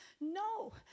no